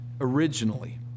originally